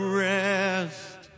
rest